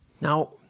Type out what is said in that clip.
Now